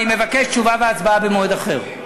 אני מבקש תשובה והצבעה במועד אחר.